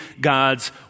God's